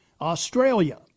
Australia